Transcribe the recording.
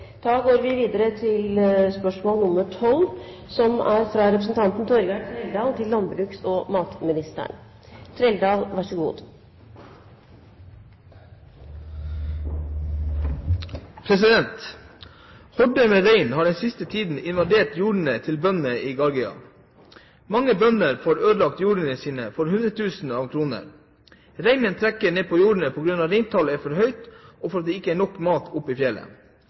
med rein har den siste tiden invadert jordene til bøndene i Gargia. Mange bønder får ødelagt jordene sine for hundretusener kroner. Reinen trekker ned på jordene på grunn av at reintallet er for høyt og for at det ikke er nok mat oppe på fjellet.